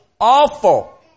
awful